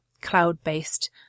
cloud-based